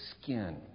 skin